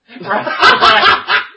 Right